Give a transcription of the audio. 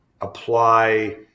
apply